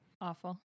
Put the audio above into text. Awful